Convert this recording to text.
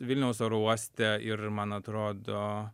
vilniaus oro uoste ir man atrodo